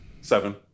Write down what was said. Seven